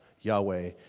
Yahweh